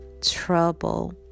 trouble